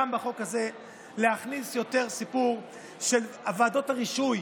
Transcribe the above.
וגם בחוק הזה להכניס יותר סיפור של ועדות הרישוי,